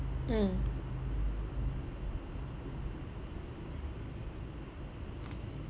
mm